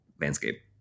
landscape